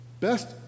best